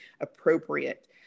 appropriate